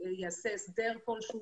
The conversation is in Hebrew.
יעשה הסדר כלשהו.